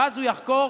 ואז הוא יחקור